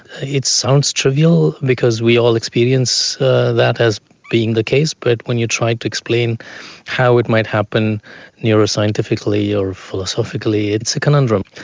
it sounds trivial because we all experience that as being the case but when you try to explain how it might happen neuroscientifically or philosophically, it's a conundrum.